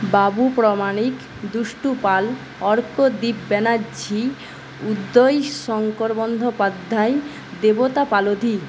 Babu Pramanik Dushtu Pal Arkadwip Banerjee Udayshankar Bandyopadhyay Debota Paldhi